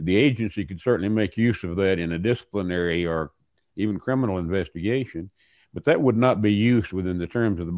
the agency could certainly make use of that in a disciplinary or even criminal investigation but that would not be used within the terms of the